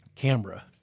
camera